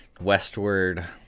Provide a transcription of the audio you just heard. westward